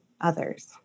others